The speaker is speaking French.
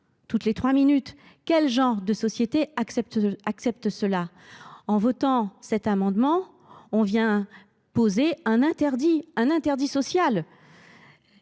Toutes les trois minutes ! Quel genre de société accepte cela ? En votant ces amendements, nous poserions un interdit social.